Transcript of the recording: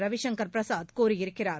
ரவிசங்கர் பிரசாத் கூறியிருக்கிறார்